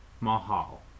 Mahal